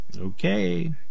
Okay